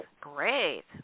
great